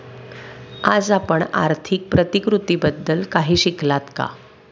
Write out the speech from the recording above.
आज आपण आर्थिक प्रतिकृतीबद्दल काही शिकलात का?